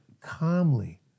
Calmly